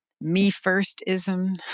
me-first-ism